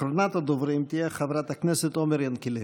אחרונת הדוברים תהיה חברת הכנסת עומר ינקלביץ'.